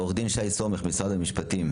פרופ' חגי לוין,